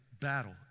battle